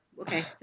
Okay